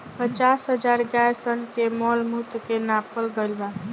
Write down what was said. पचास हजार गाय सन के मॉल मूत्र के नापल गईल बा